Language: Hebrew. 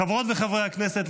חברות וחברי הכנסת,